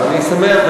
אני שמח.